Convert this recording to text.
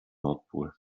nordpol